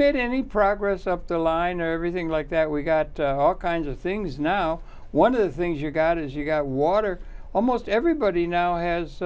made any progress up the line or everything like that we've got all kinds of things now one of the things you've got is you've got water almost everybody now has